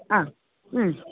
हा